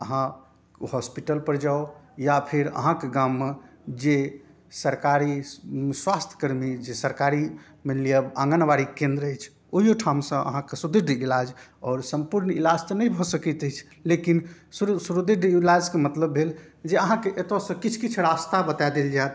अहाँ हॉस्पिटलपर जाउ या फेर अहाँके गाममे जे सरकारी स्वास्थ्यकर्मी जे सरकारी मानि लिऽ आँगन बाड़ी केन्द्र अछि ओहीयो ठामसँ अहाँके सुदृढ़ इलाज आओर सम्पूर्ण इलाज तऽ नहि भऽ सकैत अछि लेकिन सुदृढ़ इलाजके मतलब भेल जे अहाँके एतऽ सँ किछु किछु रास्ता बता देल जायत